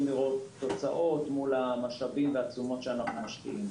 לראות תוצאות מול המשאבים והתשומות שאנחנו משקיעים.